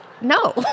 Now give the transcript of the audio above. No